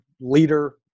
leader